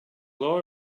law